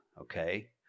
okay